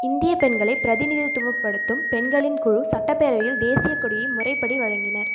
இந்தியப் பெண்களைப் பிரதிநிதித்துவப்படுத்தும் பெண்களின் குழு சட்டப்பேரவையில் தேசியக் கொடியை முறைப்படி வழங்கினர்